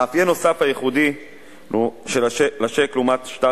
מאפיין ייחודי נוסף של הצ'ק לעומת שטר